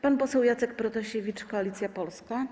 Pan poseł Jacek Protasiewicz, Koalicja Polska.